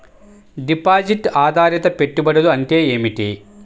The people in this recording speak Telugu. డిపాజిట్ ఆధారిత పెట్టుబడులు అంటే ఏమిటి?